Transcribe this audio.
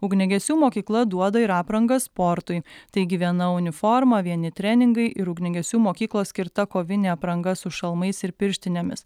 ugniagesių mokykla duoda ir aprangą sportui taigi viena uniforma vieni treningai ir ugniagesių mokyklos skirta kovinė apranga su šalmais ir pirštinėmis